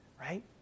right